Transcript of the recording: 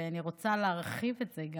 ואני רוצה גם להרחיב את זה,